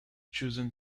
chosen